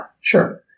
Sure